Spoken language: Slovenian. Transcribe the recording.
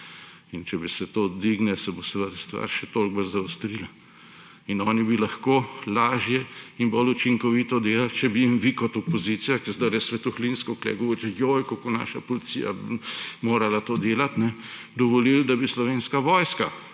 In če se to dvigne, se bo seveda stvar še toliko bolj zaostrila. In oni bi lahko lažje in bolj učinkovito delali, če bi jim vi kot opozicija, ki zdajle svetohlinsko tu govorite – joj, kako je naša policija morala to delati –, dovolili, da bi slovenska vojska